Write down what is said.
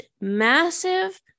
massive